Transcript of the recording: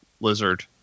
lizard